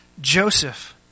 Joseph